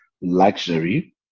luxury